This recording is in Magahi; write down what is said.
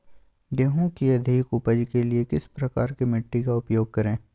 गेंहू की अधिक उपज के लिए किस प्रकार की मिट्टी का उपयोग करे?